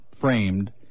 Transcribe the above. framed